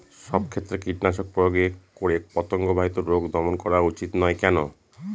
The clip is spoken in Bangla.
সব ক্ষেত্রে কীটনাশক প্রয়োগ করে পতঙ্গ বাহিত রোগ দমন করা উচিৎ নয় কেন?